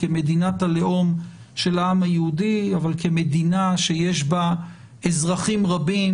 כמדינת הלאום של העם היהודי שיש בה גם אזרחים רבים